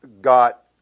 got